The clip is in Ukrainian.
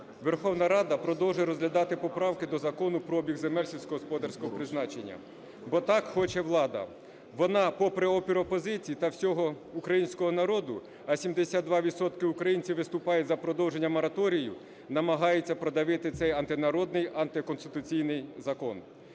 Верховна Рада продовжує розглядати поправки до Закону про обіг земель сільськогосподарського призначення, бо так хоче влада. Вона, попри опір опозиції та всього українського народу, а 72 відсотки українців виступають за продовження мораторію, намагається продавити цей антинародний, антиконституційний закон.